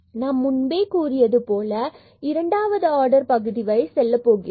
நான் முன்பே கூறியது போல நாம் இரண்டாவது ஆர்டர் பகுதிவரை செல்லப்போகிறோம்